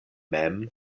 mem